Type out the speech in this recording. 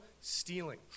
stealing